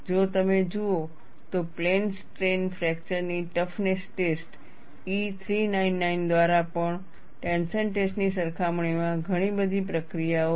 જો તમે જુઓ તો પ્લેન સ્ટ્રેન ફ્રેક્ચરની ટફનેસ ટેસ્ટ E 399 દ્વારા પણ ટેન્શન ટેસ્ટ ની સરખામણીમાં ઘણી બધી પ્રક્રિયાઓ છે